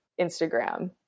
Instagram